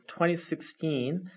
2016